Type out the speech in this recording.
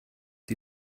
die